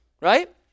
Right